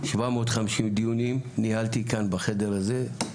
750 דיונים ניהלתי כאן בחדר הזה,